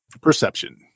Perception